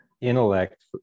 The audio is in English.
intellect